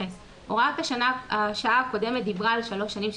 הוראת השעה הקודמת דיברה על שלוש שנים,